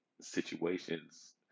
situations